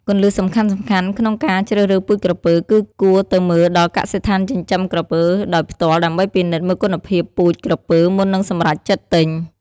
គន្លឹះសំខាន់ៗក្នុងការជ្រើសរើសពូជក្រពើ គឺគួរទៅមើលដល់កសិដ្ឋានចិញ្ចឹមក្រពើដោយផ្ទាល់ដើម្បីពិនិត្យមើលគុណភាពពូជក្រពើមុននឹងសម្រេចចិត្តទិញ។